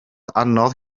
anodd